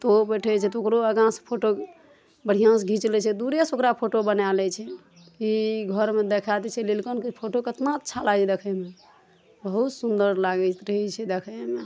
तऽ ओहो बैठै छै तऽ ओकरो आगाँ से फोटो बढ़िऑं से घीच लै छै दूरे से ओकरा फोटो बनाए लै छै की घरमे देखए दै छै लिलकंठके फोटो कतना अच्छा लागै छै देखैमे बहुत सुन्दर लागैत रहै छै दखैमे